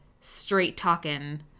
straight-talking